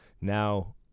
Now